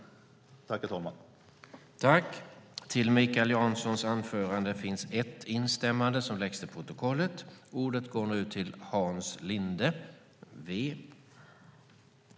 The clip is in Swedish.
I detta anförande instämde Julia Kronlid .